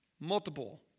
Multiple